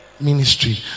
ministry